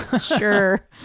Sure